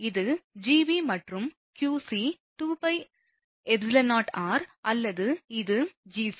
இது Gb மற்றும் qc 2πεor அல்லது இது Gc